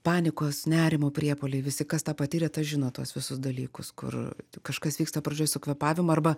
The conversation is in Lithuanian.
panikos nerimo priepuoliai visi kas tą patyrė tas žino tuos visus dalykus kur kažkas vyksta pradžioj su kvėpavimu arba